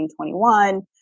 2021